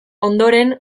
ondoren